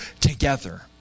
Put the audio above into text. together